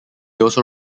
also